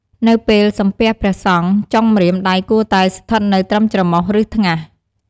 នៅពេលសំពះព្រះសង្ឃ ចុងម្រាមដៃគួរតែស្ថិតនៅត្រឹមច្រមុះ ឬថ្ងាស។